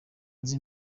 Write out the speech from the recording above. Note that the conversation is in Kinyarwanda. nzi